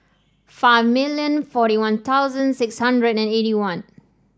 five million forty One Thousand six hundred and eighty one